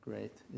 Great